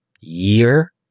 year